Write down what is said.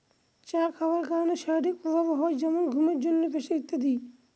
চা খাবার অনেক শারীরিক প্রভাব হয় যেমন ঘুমের জন্য, প্রেসার ইত্যাদি